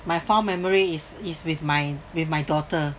my fond memories is is with my with my daughter